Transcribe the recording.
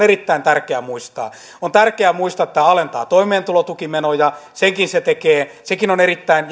erittäin tärkeää muistaa on tärkeää muistaa että tämä alentaa toimeentulotukimenoja senkin se tekee sekin on erittäin